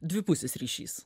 dvipusis ryšys